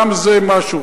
גם זה משהו,